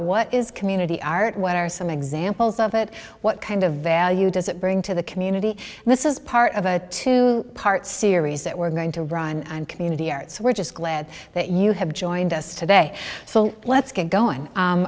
what is community art what are some examples of it what kind of value does it bring to the community this is part of a two part series that we're going to run on community arts we're just glad that you have joined us today so let's get going